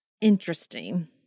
interesting